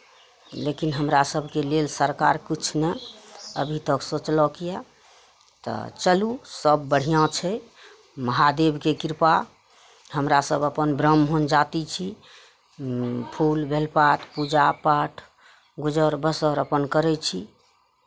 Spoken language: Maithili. लेकिन हमरा सभके लेल सरकार किछु नहि अभी तक सोचलक यए तऽ चलू सभ बढ़िआँ छै महादेवके कृपा हमरा सभ अपन ब्राह्मण जाति छी फूल बेलपात पूजा पाठ गुजर बसर अपन करै छी